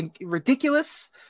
ridiculous